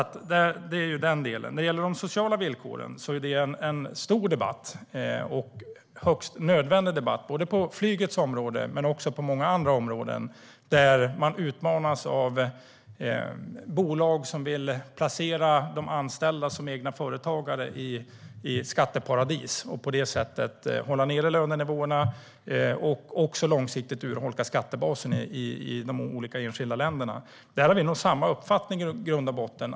Det var den delen. När det gäller de sociala villkoren är det en stor och högst nödvändig debatt, både på flygets område och på många andra områden där man utmanas av bolag som vill placera de anställda som egna företagare i skatteparadis och på det sättet hålla nere lönenivåerna vilket också långsiktigt urholkar skattebasen i de olika enskilda länderna. Där har vi nog samma uppfattning i grund och botten.